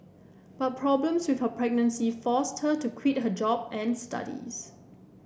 but problems with her pregnancy forced her to quit her job and studies